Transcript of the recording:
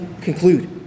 conclude